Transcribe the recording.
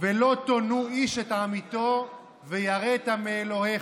"ולא תונו איש את עמיתו ויראת מאלהיך"